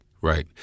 Right